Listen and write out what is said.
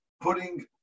putting